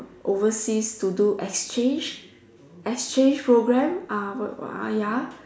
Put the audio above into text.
overseas to do exchange exchange programme uh ya